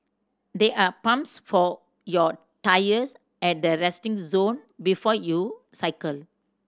there are pumps for your tyres at the resting zone before you cycle